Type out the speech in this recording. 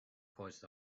caused